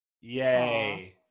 Yay